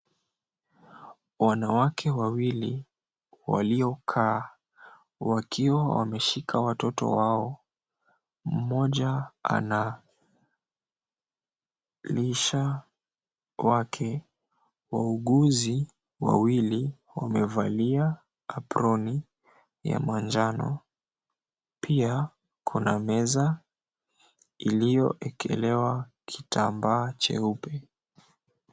Wanawake wawili waliokaa wakiwa wameshika watoto wao, mmoja analisha wake. Wauguzi wawili wamevalia aproni ya manjano. Pia kuna meza iliyoekelewa kitambaa cheupe.